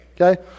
okay